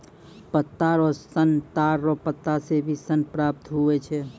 पत्ता रो सन ताड़ रो पत्ता से भी सन प्राप्त हुवै छै